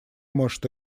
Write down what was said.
может